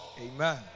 Amen